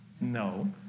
No